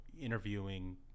interviewing